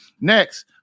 next